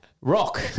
Rock